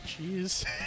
Jeez